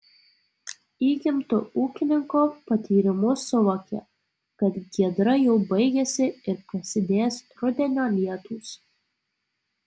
įgimtu ūkininko patyrimu suvokė kad giedra jau baigiasi ir prasidės rudenio lietūs